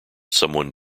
someone